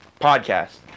podcast